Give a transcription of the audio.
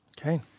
Okay